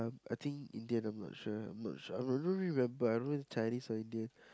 I think Indian I'm not sure I'm not sure I don't I don't really remember I don't know it's Chinese or Indian